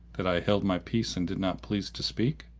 that i held my peace and did not please to speak?